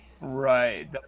Right